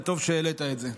וטוב שהעלית את זה: